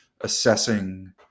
assessing